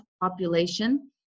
population